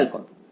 খেয়াল করো